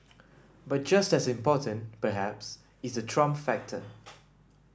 but just as important perhaps is the Trump factor